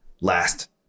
last